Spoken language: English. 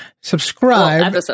Subscribe